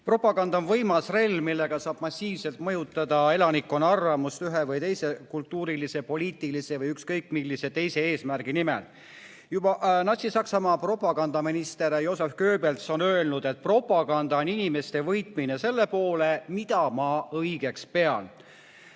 Propaganda on võimas relv, millega saab massiivselt mõjutada elanikkonna arvamust ühe või teise kultuurilise, poliitilise või ükskõik millise teise eesmärgi nimel. Juba Natsi-Saksamaa propagandaminister Joseph Goebbels on öelnud, et propaganda on inimeste võitmine selle poole, mida ma õigeks pean.